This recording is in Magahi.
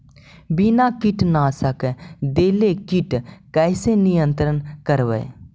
बिना कीटनाशक देले किट कैसे नियंत्रन करबै?